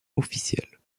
officielles